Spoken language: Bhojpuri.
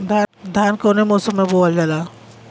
धान कौने मौसम मे बोआला?